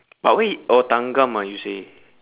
but where he oh thanggam ah you say